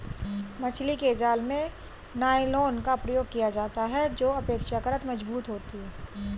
मछली के जाल में नायलॉन का प्रयोग किया जाता है जो अपेक्षाकृत मजबूत होती है